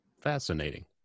Fascinating